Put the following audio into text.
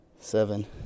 seven